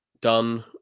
done